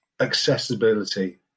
accessibility